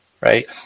right